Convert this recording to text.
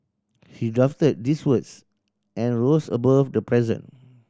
he drafted these words and rose above the present